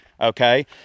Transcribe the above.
Okay